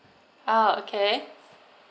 oh okay